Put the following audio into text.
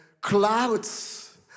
Clouds